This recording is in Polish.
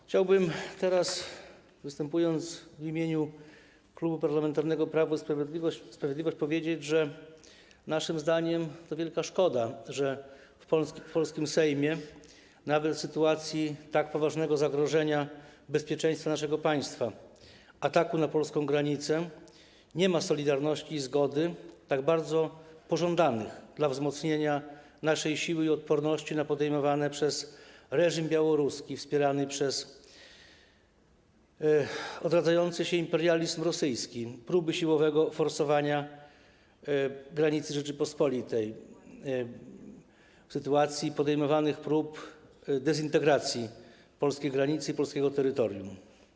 Chciałbym, teraz występując w imieniu Klubu Parlamentarnego Prawo i Sprawiedliwość, powiedzieć, że naszym zdaniem to wielka szkoda, że w polskim Sejmie, nawet w sytuacji tak poważnego zagrożenia bezpieczeństwa naszego państwa, ataku na polską granicę, nie ma solidarności ani zgody, tak bardzo pożądanych dla wzmocnienia naszej siły i odporności na podejmowane przez reżim białoruski, wspierany przez odradzający się imperializm rosyjski, próby siłowego forsowania granicy Rzeczypospolitej, w sytuacji podejmowanych prób dezintegracji polskiej granicy i polskiego terytorium.